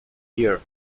year